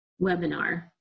webinar